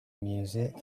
music